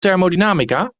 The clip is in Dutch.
thermodynamica